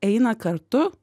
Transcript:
eina kartu